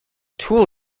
tool